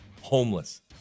Homeless